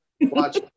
watch